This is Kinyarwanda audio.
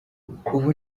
ubu